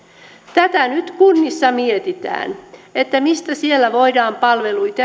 tätä nyt kunnissa mietitään mistä siellä voidaan palveluita